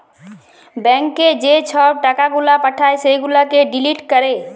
ব্যাংকে যে ছব টাকা গুলা পাঠায় সেগুলাকে ডিলিট ক্যরে